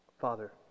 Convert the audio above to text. Father